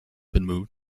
moved